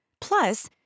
Plus